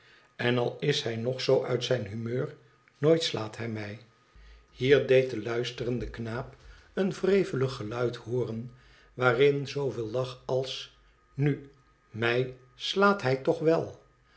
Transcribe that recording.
en al is hij nog zoo uit zijn humeur nooit slaat hij mij hier deed de luisterende knaap een wrevelig geluid hooren waarin zooveel lag als nu mij slaat hij toch wél